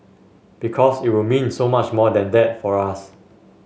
because it will mean so much more than that for us